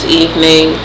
evening